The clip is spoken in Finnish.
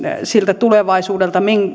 siltä tulevaisuudelta